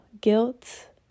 guilt